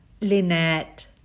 Lynette